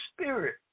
Spirit